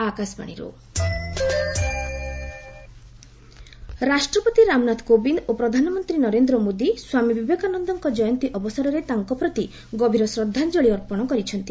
ପ୍ରେଜ୍ ପିଏମ୍ ବିବେକାନନ୍ଦ ରାଷ୍ଟ୍ରପତି ରାମନାଥ କୋବିନ୍ଦ ଓ ପ୍ରଧାନମନ୍ତ୍ରୀ ନରେନ୍ଦ୍ର ମୋଦି ସ୍ୱାମୀ ବିବେକାନନ୍ଦଙ୍କ ଜୟନ୍ତୀ ଅବସରରେ ତାଙ୍କ ପ୍ରତି ଗଭୀର ଶ୍ରଦ୍ଧାଞ୍ଜଳି ଅର୍ପଣ କରିଛନ୍ତି